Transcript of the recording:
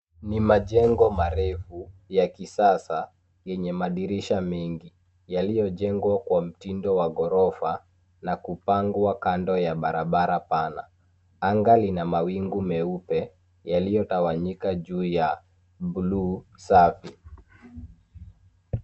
Ni majengo marefu ya kisasa yenye madirisha mengi yaliyojengwa kwa mtindo wa ghorofa na kupangwa kando ya barabara pana, anga lina mawingu meupe yaliyotawanyika juu ya buluu safi.